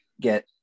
get